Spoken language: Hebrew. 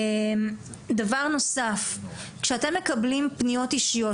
אנחנו לא מקבלים פניות אישיות.